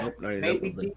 Baby